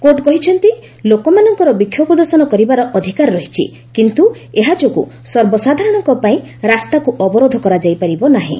court କହିଛନ୍ତି ଲୋକମାନଙ୍କର ବିକ୍ଷୋଭ ପ୍ରଦର୍ଶନ କରିବାର ଅଧିକାର ରହିଛି କିନ୍ତୁ ଏହା ଯୋଗୁଁ ସର୍ବସାଧାରଣଙ୍କ ପାଇଁ ରାସ୍ତାକୁ ଅବରୋଧ କରାଯାଇ ପାରିବ ନାହିଁ